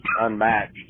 unmatched